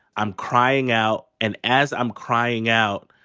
i'm crying out and as i'm crying out,